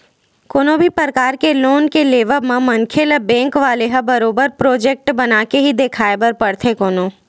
कोनो भी परकार के लोन के लेवब म मनखे ल बेंक वाले ल बरोबर प्रोजक्ट बनाके ही देखाये बर परथे कोनो